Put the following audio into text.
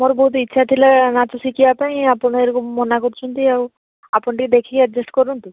ମୋର ବହୁତ ଇଚ୍ଛା ଥିଲା ନାଚ ଶିଖିବା ପାଇଁ ଆପଣ ଏରକ ମନା କରୁଛନ୍ତି ଆଉ ଆପଣ ଟିକିଏ ଦେଖିକି ଆଡ଼ଜେଷ୍ଟ କରନ୍ତୁ